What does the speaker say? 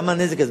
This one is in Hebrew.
למה הנזק הזה?